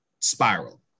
spiral